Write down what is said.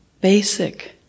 basic